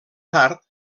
tard